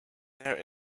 there